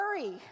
worry